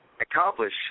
accomplish